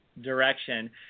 direction